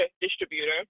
distributor